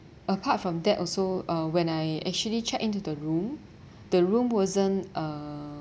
apart from that also uh when I actually checked into the room the room wasn't uh